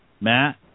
Matt